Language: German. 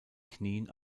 knien